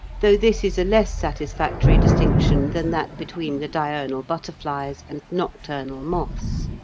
though this is a less satisfactory distinction than that between the diurnal butterflies and nocturnal moths.